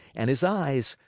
and his eyes,